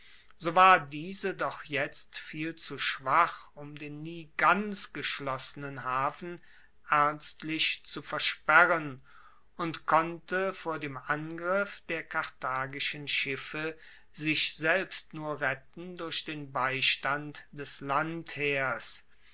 so war diese doch jetzt viel zu schwach um den nie ganz geschlossenen hafen ernstlich zu versperren und konnte vor dem angriff der karthagischen schiffe sich selbst nur retten durch den beistand des